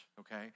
okay